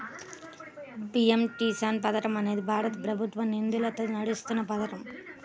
PM Kisan పథకం అనేది భారత ప్రభుత్వ నిధులతో నడుస్తున్న పథకం